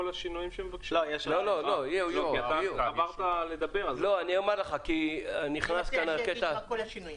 שאלתי עד כמה אתם להוטים, כי לא נראה לי.